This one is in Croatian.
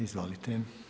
Izvolite.